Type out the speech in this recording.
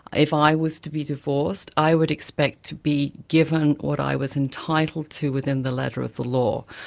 if i was to be divorced, i would expect to be given what i was entitled to within the letter of the law.